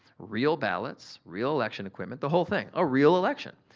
real ballots, real election equipment, the whole thing, a real election.